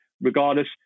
regardless